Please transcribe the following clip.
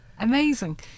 Amazing